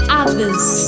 others